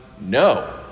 no